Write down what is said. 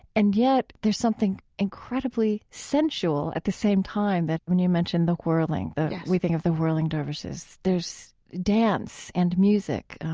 and yet, there's something incredibly sensual at the same time that, when you mention the whirling, yes, the weeping of the whirling dervishes. there's dance and music,